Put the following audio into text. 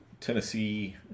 Tennessee